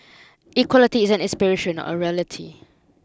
equality is an aspiration not a reality